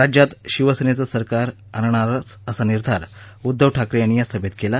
राज्यात शिवसेनेचं सरकार आणणारचं असा निर्धार उद्दव ठाकरे यांनी या सभेत केला